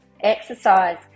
exercise